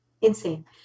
insane